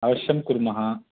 अवश्यं कुर्मः